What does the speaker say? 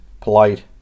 polite